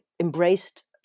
embraced